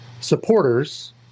supporters